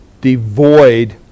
devoid